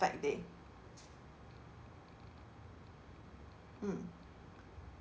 ~fect day mm